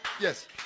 Yes